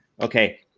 Okay